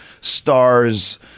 stars